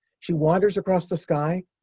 she wanders across the sky,